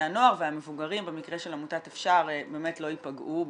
הנוער והמבוגרים במקרה של עמותת "אפשר" באמת לא יפגעו,